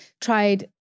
tried